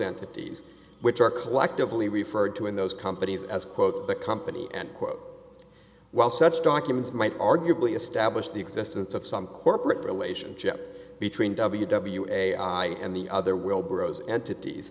entities which are collectively referred to in those companies as quote the company and quote while such documents might arguably establish the existence of some corporate relationship between w w i and the other will bros entities